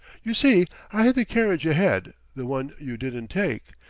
you see, i had the carriage ahead, the one you didn't take.